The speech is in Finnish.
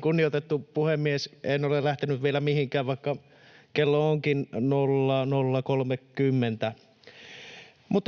kunnioitettu puhemies, en ole lähtenyt vielä mihinkään, vaikka kello onkin 00.30.